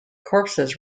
corpses